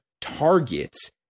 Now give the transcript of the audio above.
targets